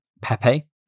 Pepe